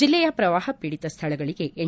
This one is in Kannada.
ಜಿಲ್ಲೆಯ ಪ್ರವಾಹ ಪೀಡಿತ ಸ್ಥಳಗಳಿಗೆ ಎನ್